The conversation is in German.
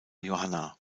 johanna